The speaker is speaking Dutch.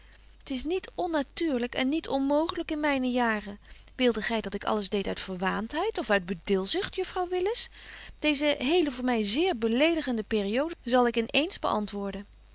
t is niet onnatuurlyk en niet onmooglyk in myne jaren wilde gy dat ik alles deed uit verwaantheid of uit bedilzucht juffrouw willis deeze hele voor my zeer beledigende periode zal ik in eens beantwoorden